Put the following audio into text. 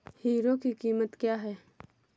Hero की कीमत क्या है?